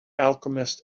alchemist